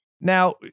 Now